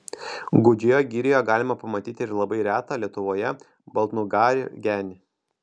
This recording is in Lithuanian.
gūdžioje girioje galima pamatyti ir labai retą lietuvoje baltnugarį genį